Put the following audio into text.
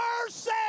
mercy